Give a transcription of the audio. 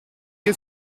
che